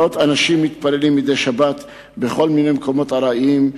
מאות אנשים מתפללים מדי שבת בכל מיני מקומות ארעיים.